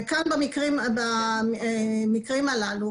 כאן במקרים הללו,